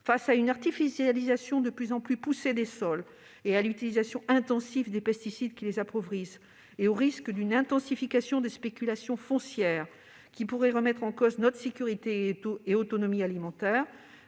Face à une artificialisation de plus en plus poussée des sols et à l'utilisation intensive des pesticides qui les appauvrissent ainsi qu'au risque d'une intensification des spéculations foncières qui pourraient remettre en cause notre sécurité et notre autonomie alimentaires,